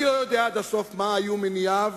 אני לא יודע עד הסוף מה היו מניעיו